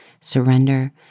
surrender